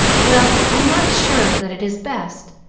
well, i'm not sure that it is best.